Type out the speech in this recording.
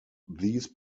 these